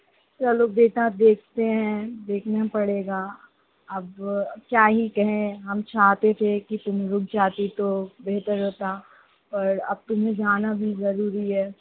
चलो बेटा देखते हैं देखना पड़ेगा अब क्या ही कहें हम चाहते थे कि तुम रुक जाती तो बेहतर होता पर अब तुम्हें जाना भी ज़रूरी है